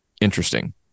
interesting